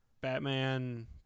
Batman